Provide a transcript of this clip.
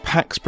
Pax